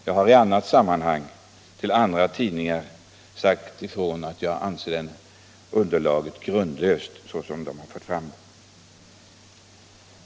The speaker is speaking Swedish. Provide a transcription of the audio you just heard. Jag har i annat sammanhang till andra tidningar sagt ifrån att jag anser påståendet, såsom det har förts fram, vara grundlöst.